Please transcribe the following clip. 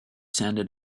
sounded